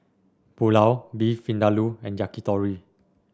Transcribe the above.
Pulao Beef Vindaloo and Yakitori